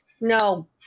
no